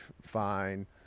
fine